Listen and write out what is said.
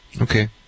Okay